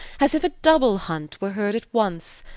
as if a double hunt were heard at once,